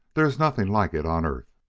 there is nothing like it on earth!